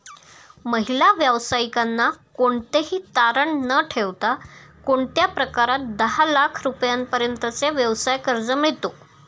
महिला व्यावसायिकांना कोणतेही तारण न ठेवता कोणत्या प्रकारात दहा लाख रुपयांपर्यंतचे व्यवसाय कर्ज मिळतो?